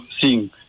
seeing